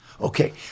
Okay